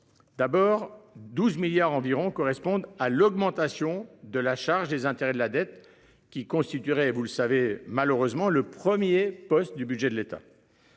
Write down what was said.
D'abord 12 milliards environ correspondent à l'augmentation de la charge des intérêts de la dette qui constituerait, vous le savez malheureusement le 1er poste du budget de l'État.